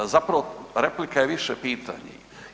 Zapravo, replika je više pitanje.